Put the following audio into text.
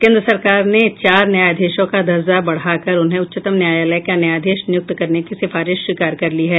केंन्द्र सरकार ने चार न्यायाधीशों का दर्जा बढ़ाकर उन्हें उच्चतम न्यायालय का न्यायाधीश नियुक्त करने की सिफारिश स्वीकार कर ली है